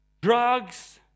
drugs